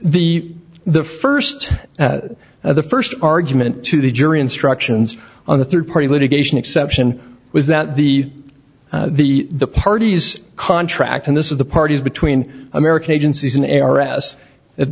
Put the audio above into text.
the the first of the first argument to the jury instructions on the third party litigation exception was that the the the parties contract and this is the parties between american agencies in error as